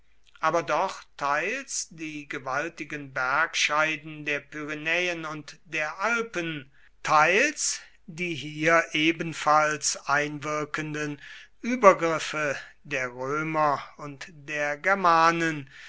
aber doch teils die gewaltigen bergscheiden der pyrenäen und der alpen teils die hier ebenfalls einwirkenden obergriffe der römer und der germanen